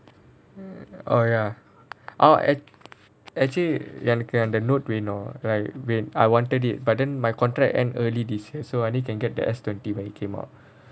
oh ya I'll act~ actually அந்த:antha Note வேணும்:venum like when I wanted it but then my contract end early this year so I only can get the S twenty when it came out